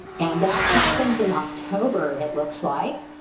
and that happens in october it looks like.